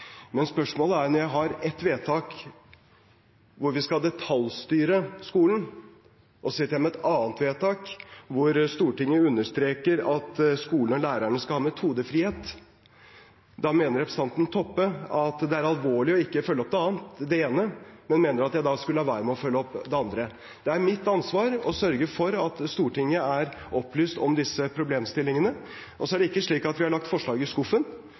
Jeg har ett vedtak hvor vi skal detaljstyre skolen, og så sitter jeg med et annet vedtak hvor Stortinget understreker at skolen og lærerne skal ha metodefrihet. Da mener representanten Toppe at det er alvorlig å ikke følge opp det ene, men mener at jeg skulle la være å følge opp det andre. Det er mitt ansvar å sørge for at Stortinget er opplyst om disse problemstillingene. Det er ikke slik at vi har lagt forslaget i skuffen,